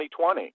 2020